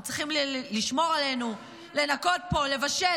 הם צריכים לשמור עלינו, לנקות פה, לבשל.